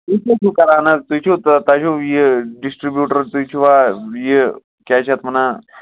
تُہۍ کیٛاہ چھُو کَران حظ تُہۍ چھُو تۄہہِ چھُو یہِ ڈِسٹرٛبیٛوٗٹَر تُہۍ چھُوا یہِ کیٛاہ چھِ اَتھ وَنان